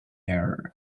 area